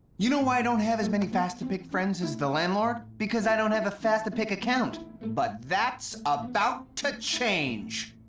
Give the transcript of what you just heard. you know why i don't have as many fastapic friends as the landlord? because i don't have a fastapic account. but that's about to change!